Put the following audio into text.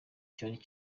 cyo